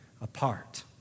apart